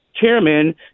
chairman